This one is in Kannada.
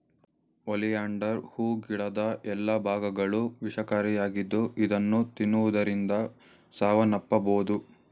ಒಲಿಯಾಂಡರ್ ಹೂ ಗಿಡದ ಎಲ್ಲಾ ಭಾಗಗಳು ವಿಷಕಾರಿಯಾಗಿದ್ದು ಇದನ್ನು ತಿನ್ನುವುದರಿಂದ ಸಾವನ್ನಪ್ಪಬೋದು